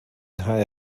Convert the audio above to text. nghae